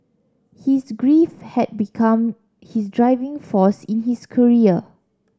his grief had become his driving force in his career